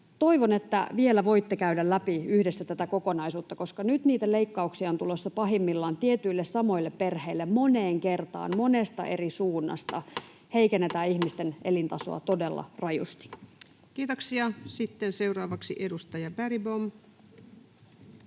Toivon, että vielä voitte käydä läpi yhdessä tätä kokonaisuutta, koska nyt leikkauksia on tulossa pahimmillaan tietyille samoille perheille moneen kertaan, kun monesta eri suunnasta heikennetään ihmisten elintasoa todella rajusti. [Speech 201] Speaker: